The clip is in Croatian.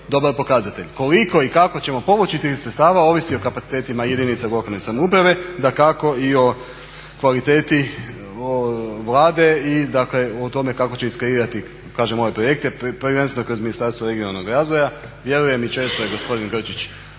dobar pokazatelj koliko i kako ćemo povući tih sredstava ovisi o kapacitetima jedinica lokalne samouprave da kako i o kvaliteti Vlade i dakle o tome kako će iskreirati kažem ove projekte, prvenstveno kroz Ministarstvo regionalnog razvoja. Vjerujem i često je gospodin Grčić